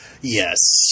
Yes